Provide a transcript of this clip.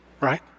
Right